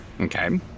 okay